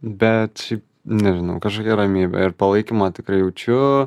bet šiaip nežinau kažkokia ramybė ir palaikymą tikrai jaučiu